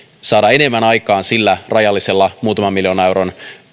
saada enemmän aikaan sillä rajallisella muutaman miljoonan euron